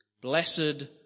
Blessed